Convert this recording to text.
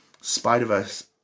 spider-verse